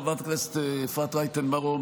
חברת הכנסת אפרת רייטן מרום,